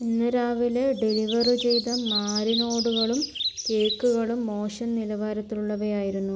ഇന്ന് രാവിലെ ഡെലിവർ ചെയ്ത മാരിനോടുകളും കേക്കുകളും മോശം നിലവാരത്തിലുള്ളവയായിരുന്നു